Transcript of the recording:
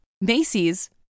Macy's